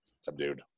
subdued